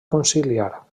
conciliar